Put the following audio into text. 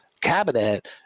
cabinet